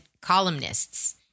columnists